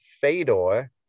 Fedor